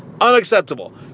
Unacceptable